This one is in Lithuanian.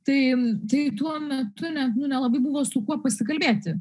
tai tai tuo metu net nu nelabai buvo su kuo pasikalbėti